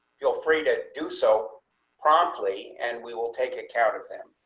feel free to do so promptly and we will take account of them.